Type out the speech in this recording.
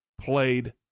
played